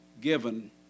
given